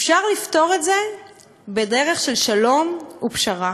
אפשר לפתור את זה בדרך של שלום ופשרה.